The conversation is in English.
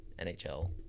NHL